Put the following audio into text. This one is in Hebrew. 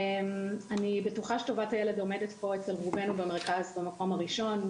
אני בטוחה שטובת הילד עומדת פה אצל רובנו במרכז במקום הראשון,